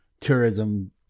tourism